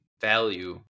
value